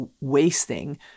wasting